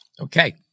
Okay